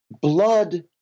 blood